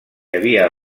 havia